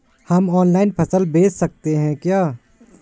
हम ऑनलाइन फसल बेच सकते हैं क्या?